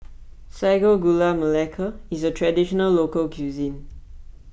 Sago Gula Melaka is a Traditional Local Cuisine